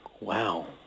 Wow